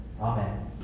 Amen